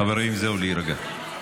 חברים, זהו, להירגע.